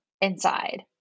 inside